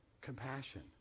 compassion